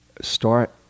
start